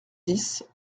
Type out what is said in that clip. dix